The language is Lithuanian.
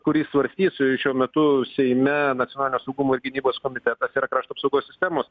kurį svarstys į šiuo metu seime nacionalinio saugumo ir gynybos komitetas yra krašto apsaugos sistemos